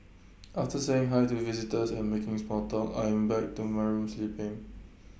after saying hi to visitors and making small talk I'm back to my room sleeping